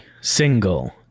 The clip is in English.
single